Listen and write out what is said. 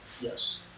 Yes